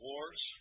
Wars